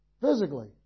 Physically